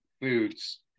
foods